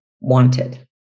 wanted